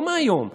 לא מהיום,